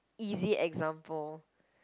easy example